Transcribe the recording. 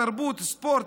תרבות וספורט,